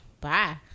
bye